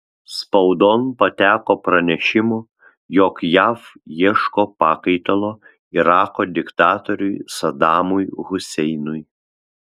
spaudon pateko pranešimų jog jav ieško pakaitalo irako diktatoriui sadamui huseinui